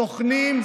סוכנים.